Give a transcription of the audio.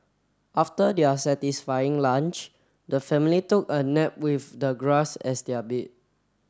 after their satisfying lunch the family took a nap with the grass as their bed